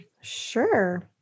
Sure